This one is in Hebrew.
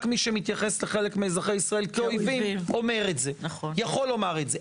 רק מי שמתייחס לחלק מאזרחי ישראל כאויבים יכול לומר את זה.